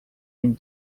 him